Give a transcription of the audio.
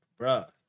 bruh